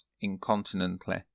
incontinently